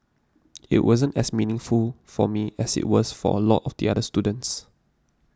it wasn't as meaningful for me as it was for a lot of the other students